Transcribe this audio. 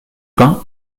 pain